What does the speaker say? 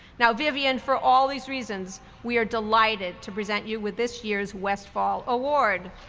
now vivian, for all these reasons we are delighted to present you with this year's westfall award.